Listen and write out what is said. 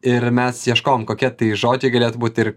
ir mes ieškojom kokie tai žodžiai galėtų būt ir